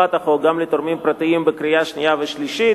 לקראת קריאה שנייה ושלישית,